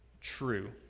true